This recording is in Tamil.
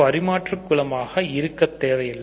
பரிமாற்று குலமாக இருக்கத் தேவையில்லை